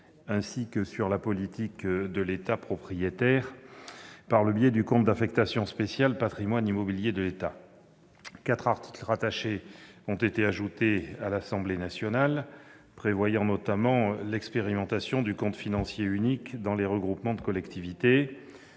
ainsi que la politique de l'État propriétaire, par le biais du compte d'affectation spéciale « Patrimoine immobilier de l'État ». Quatre articles rattachés ont été ajoutés à l'Assemblée nationale, prévoyant notamment l'expérimentation du compte financier unique dans les regroupements de collectivités